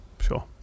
sure